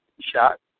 shot